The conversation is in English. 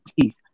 teeth